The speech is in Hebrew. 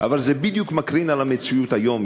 אבל זה בדיוק מקרין על המציאות היום,